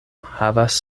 havas